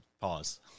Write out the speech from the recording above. Pause